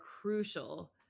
crucial